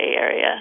Area